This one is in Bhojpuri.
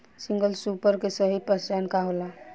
सिंगल सूपर के सही पहचान का होला?